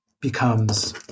becomes